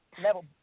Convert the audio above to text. level